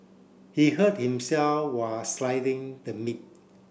he hurt himself while slicing the meat